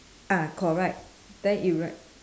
ah correct then it write